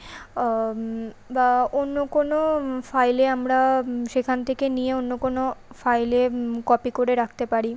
বা অন্য কোনো ফাইলে আমরা সেখান থেকে নিয়ে অন্য কোনো ফাইলে কপি করে রাখতে পারি